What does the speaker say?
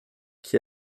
qui